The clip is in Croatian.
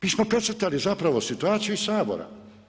Mi smo precrtali zapravo situaciju iz Sabora.